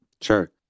Sure